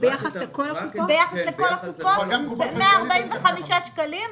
ביחס לכל הקופות 145 שקלים.